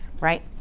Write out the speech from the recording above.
right